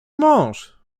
mąż